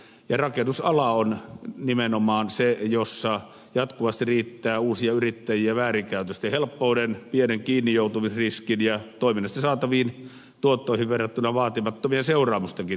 ja rakennusala on nimenomaan se jossa jatkuvasti riittää uusia yrittäjiä väärinkäytösten helppouden pienen kiinnijoutumisriskin ja toiminnasta saataviin tuottoihin verrattuna vaatimattomien seuraamustenkin takia